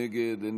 נגד דוד ביטן,